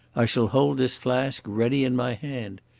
i shall hold this flask ready in my hand.